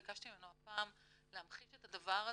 ביקשתי ממנו הפעם להמחיש את הדבר הזה,